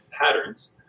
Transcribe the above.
patterns